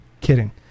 kidding